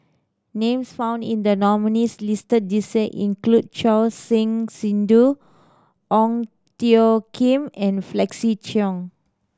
names found in the nominees' list this year include Choor Singh Sidhu Ong Tjoe Kim and Felix Cheong